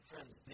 Friends